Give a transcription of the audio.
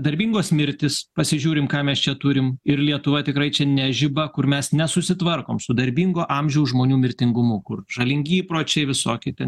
be darbingos mirtys pasižiūrim ką mes čia turim ir lietuva tikrai čia ne žiba kur mes nesusitvarkom su darbingo amžiaus žmonių mirtingumu kur žalingi įpročiai visokie ten